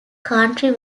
country